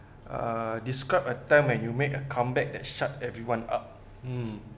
uh describe a time when you make a comeback that shut everyone up mm